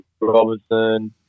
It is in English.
Robinson